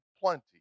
plenty